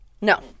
no